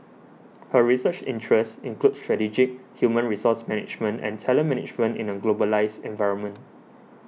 her research interests include strategic human resource management and talent management in a globalised environment